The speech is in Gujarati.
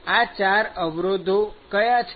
આ ૪ અવરોધો કયા છે